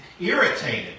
irritated